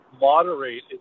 moderate